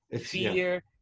fear